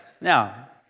Now